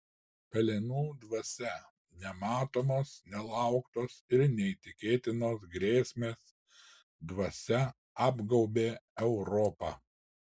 pelenų dvasia nematomos nelauktos ir neįtikėtinos grėsmės dvasia apgaubė europą